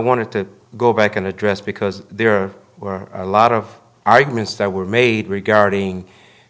wanted to go back and address because there were a lot of arguments that were made regarding